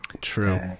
true